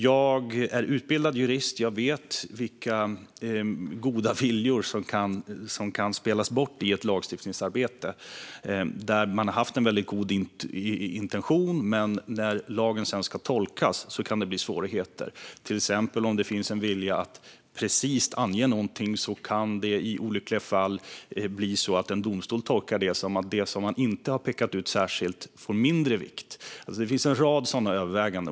Jag är utbildad jurist och vet vilka goda viljor som kan spelas bort i ett lagstiftningsarbete där man har haft en god intention men där det kan bli svårigheter när lagen sedan ska tolkas. Om det till exempel finns en vilja att precist ange något kan det i olyckliga fall bli så att en domstol tolkar detta som att det som inte har pekats ut särskilt har mindre vikt. Det finns en rad sådana överväganden.